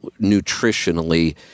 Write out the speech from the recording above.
nutritionally